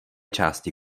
části